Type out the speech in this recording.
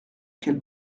qu’elle